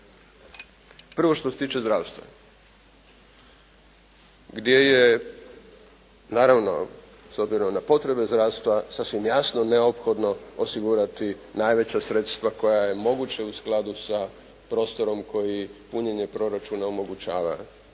Prvo što se tiče zdravstva, gdje je naravno s obzirom na potrebe zdravstva, sasvim jasno neophodno osigurati najveća sredstva koja je moguće u skladu sa prostorom koji punjenje proračuna omogućava.